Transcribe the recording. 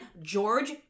George